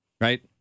right